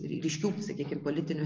ryškių sakykim politinių